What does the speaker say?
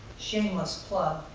shameless plug.